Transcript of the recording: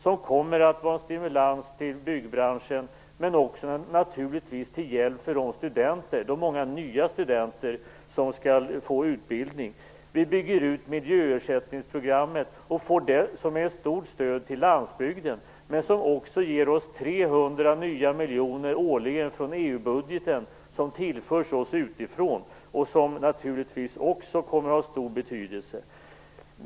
Det kommer att vara en stimulans till byggbranschen och naturligtvis även en hjälp för de många nya studenter som skall få utbildning. Vi bygger ut miljöersättningsprogrammet som är ett stort stöd till landsbygden. Det ger oss också 300 nya miljoner årligen från EU-budgeten. De tillförs oss utifrån och kommer naturligtvis också att ha stor betydelse.